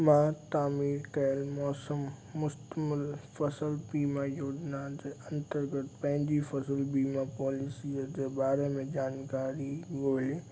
मां तामीर कयल मौसम मुश्तमिल फ़सल बीमा योजना जे अंतर्गत पंहिंजी फसल बीमा पॉलिसीअ जे बारे में जानकारी ॻोल्हे